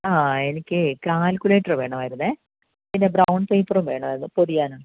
അഹ് എനിക്കെ കാല്കുലേറ്ററ് വേണമായിരുന്നെ പിന്നെ ബ്രൗൺ പേപ്പറ് വേണമായിരുന്നു പൊതിയാൻ